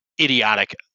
idiotic